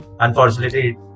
Unfortunately